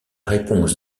réponse